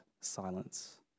silence